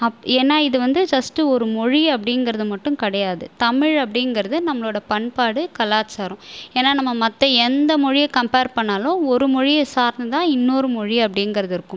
அப் ஏன்னா இது வந்து ஜஸ்ட்டு ஒரு மொழி அப்படிங்கறது மட்டும் கிடையாது தமிழ் அப்படிங்கறது நம்மளோட பண்பாடு கலாச்சாரம் ஏன்னா நம்ம மற்ற எந்த மொழிய கம்ப்பேர் பண்ணாலும் ஒரு மொழியை சார்ந்து தான் இன்னோரு மொழி அப்படிங்கறது இருக்கும்